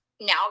now